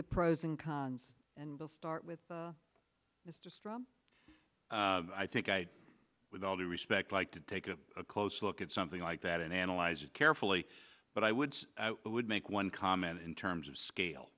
the pros and cons and the start with this just i think with all due respect like to take a close look at something like that and analyze it carefully but i would it would make one comment in terms of scale